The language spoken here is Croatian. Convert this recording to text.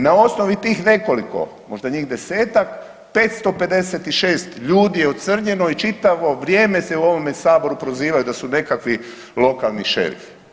Na osnovi tih nekoliko, možda njih 10-također, 556 ljudi je ocrnjeno i čitavo vrijeme se u ovome Saboru prozivaju da su nekakvi lokalni šerifi.